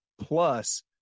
plus